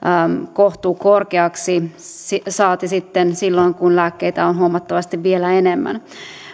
kohtuu korkeaksi saati sitten silloin kun lääkkeitä on vielä huomattavasti enemmän